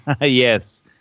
Yes